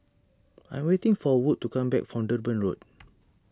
I am waiting for Wood to come back from Durban Road